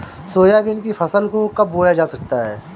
Soybean की फसल को कब बोया जाता है?